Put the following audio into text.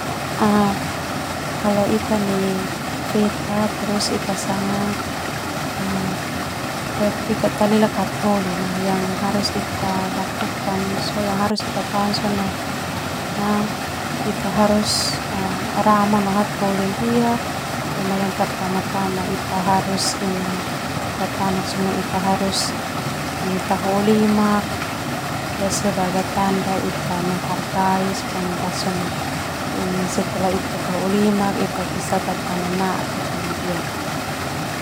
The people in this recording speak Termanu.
Ita no feta terus ita sanga ita tahik talelak hataholi nah yang harus ita lakukan ita harus ramah no hataholi ndia ita harus tahou limak sebagai tanda ita menghargai ita tatane nadena.